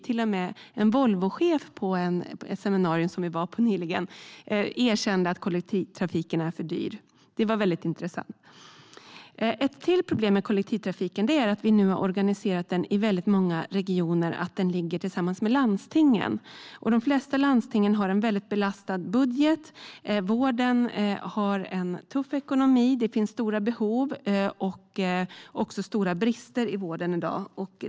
Till och med en Volvochef på ett seminarium som vi nyligen var på erkände att kollektivtrafiken är för dyr. Det var väldigt intressant. Ett till problem med kollektivtrafiken är att vi nu har organiserat den i väldigt många regioner och att den ligger tillsammans med landstingen. De flesta landsting har en väldigt belastad budget. Vården har en tuff ekonomi. Det finns stora behov och också stora brister i vården i dag.